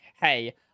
hey